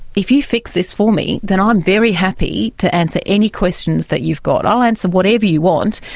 if you fix this for me then i'm very happy to answer any questions that you've got. i'll answer whatever you want,